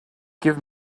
give